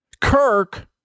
Kirk